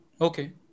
Okay